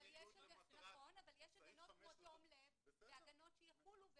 לא בנסיבות מחמירות --- אבל יש הגנות כמו תום לב והגנות שיחולו,